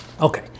Okay